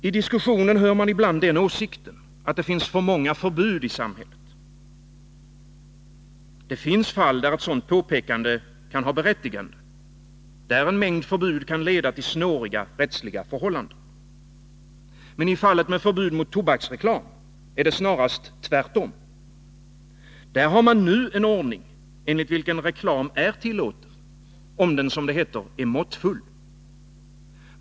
I diskussionen framförs ibland den åsikten att det finns för många förbud i samhället. Det finns fall där ett sådant påpekande kan ha berättigande, där en mängd förbud kan leda till snåriga, rättsliga förhållanden. Men i fallet med förbud mot tobaksreklam är det snarast tvärtom. Där har man nu en ordning enligt vilken reklam är tillåten, om den — som det heter — är måttfull.